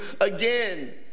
again